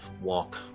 walk